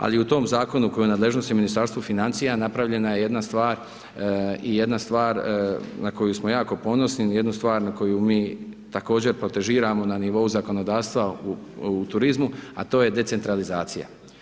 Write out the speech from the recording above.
Ali i u tom zakonu koji je u nadležnosti Ministarstva financija napravljena je jedna stvar i jedna stvar na koju smo jako ponosni, na jednu stvar na koju mi također protežiramo na nivou zakonodavstva u turizmu a to je decentralizacija.